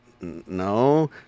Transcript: no